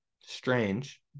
strange